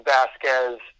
Vasquez